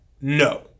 no